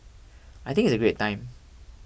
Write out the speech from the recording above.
I think it's a great time